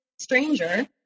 stranger